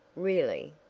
really